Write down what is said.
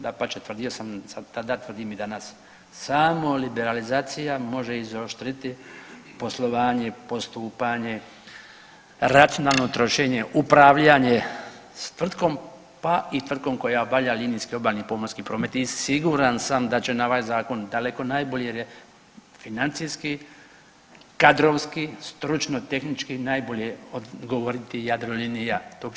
Dapače tvrdio sam tada, tvrdim i danas samo liberalizacija može izoštriti poslovanje i postupanje, racionalno trošenje, upravljanje s tvrtkom, pa i tvrtkom koja obavlja linijski obalni pomorski promet i siguran sam da će na ovaj zakon daleko najbolje jer je financijski, kadrovski, stručno-tehnički najbolje odgovoriti Jadrolinija.